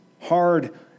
hard